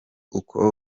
uko